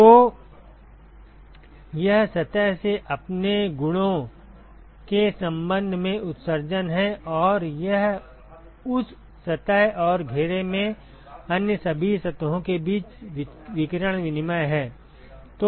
तो यह सतह से अपने गुणों के संबंध में उत्सर्जन है और यह उस सतह और घेरे में अन्य सभी सतहों के बीच विकिरण विनिमय है